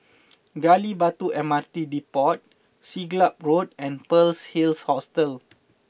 Gali Batu M R T Depot Siglap Road and Pearl's Hills Hostel